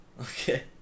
okay